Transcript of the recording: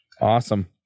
awesome